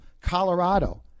Colorado